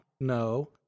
no